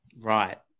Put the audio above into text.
Right